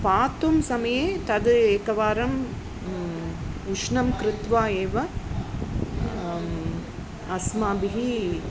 पातुं समये तद् एकवारम् उष्णं कृत्वा एव अस्माभिः